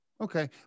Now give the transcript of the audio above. Okay